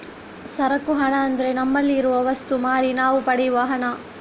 ಸರಕು ಹಣ ಅಂದ್ರೆ ನಮ್ಮಲ್ಲಿ ಇರುವ ವಸ್ತು ಮಾರಿ ನಾವು ಪಡೆಯುವ ಹಣ